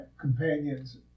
companions